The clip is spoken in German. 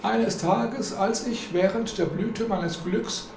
eines tages als ich während der blüte meines glücks